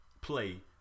play